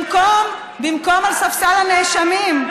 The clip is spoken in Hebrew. במקום על ספסל הנאשמים.